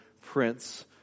Prince